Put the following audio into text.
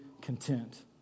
content